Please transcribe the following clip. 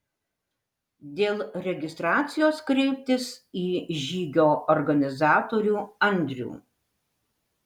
dėl registracijos kreiptis į žygio organizatorių andrių